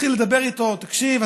והתחיל לדבר איתו: תקשיב,